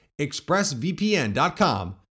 expressvpn.com